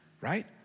right